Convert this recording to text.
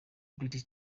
british